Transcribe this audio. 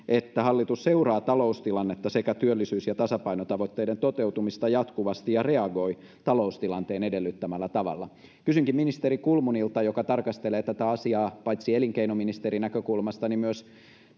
että hallitus seuraa taloustilannetta sekä työllisyys ja tasapainotavoitteiden toteutumista jatkuvasti ja reagoi taloustilanteen edellyttämällä tavalla kysynkin ministeri kulmunilta joka tarkastelee tätä asiaa paitsi elinkeinoministerin näkökulmasta myös